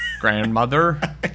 Grandmother